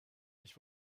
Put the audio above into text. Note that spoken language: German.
ich